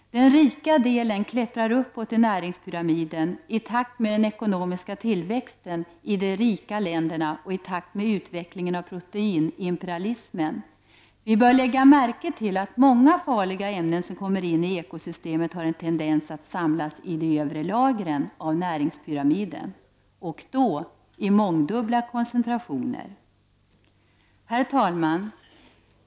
Den rika delen klättrar uppåt i näringspyramiden, i takt med den ekonomiska tillväxten i de rika länderna och i takt med utvecklingen av proteinimperialismen. Vi bör lägga märke till att många farliga ämnen som kommer in i ekosystemet har en tendens att samlas i de övre lagren av näringspyramiden, och då i mångdubbla koncentrationer. Herr talman!